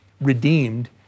redeemed